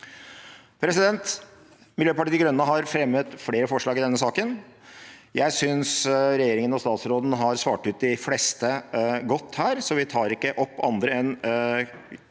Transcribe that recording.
folkemord. Miljøpartiet De Grønne har fremmet flere forslag i denne saken. Jeg synes regjeringen og statsråden har svart ut de fleste godt her, så vi tar ikke opp andre enn